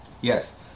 Yes